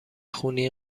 خونی